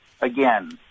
again